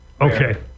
Okay